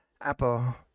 Apple